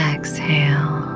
Exhale